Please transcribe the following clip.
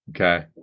Okay